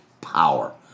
power